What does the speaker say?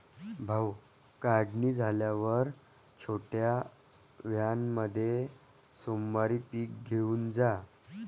भाऊ, काढणी झाल्यावर छोट्या व्हॅनमध्ये सोमवारी पीक घेऊन जा